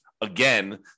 again